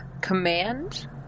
Command